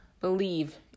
believe